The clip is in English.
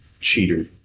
cheater